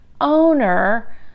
owner